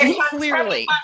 Clearly